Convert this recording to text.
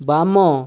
ବାମ